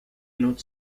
not